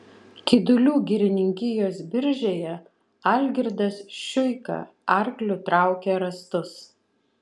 kidulių girininkijos biržėje algirdas šiuika arkliu traukė rąstus